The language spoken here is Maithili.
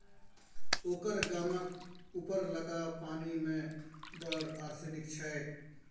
ओकर गामक उपरलका पानि मे बड़ आर्सेनिक छै